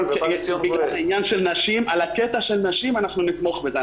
על הקטע של נשים, אנחנו נתמוך בזה.